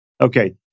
Okay